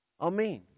Amen